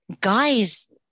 guys